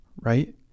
right